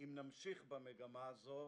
אם נמשיך במגמה הזאת,